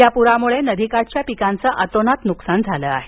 या पूरामुळे नदीकाठच्या पिकांचे अतोनात नुकसान झाले आहे